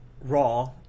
Raw